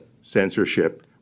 censorship